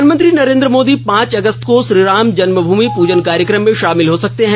प्रधानमंत्री नरेन्द्र मोदी पांच अगस्त को श्रीराम जन्मभूमि पूजन कार्यक्रम में शामिल हो सकते हैं